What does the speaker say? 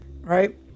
right